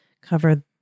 cover